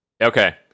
Okay